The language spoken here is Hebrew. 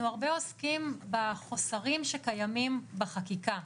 אנחנו הרבה עוסקים בחוסרים שקיימים בחקיקה.